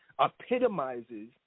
epitomizes